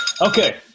Okay